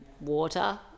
Water